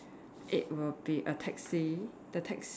it will be a taxi the tax~